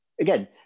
again